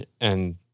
and-